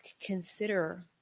consider